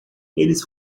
eles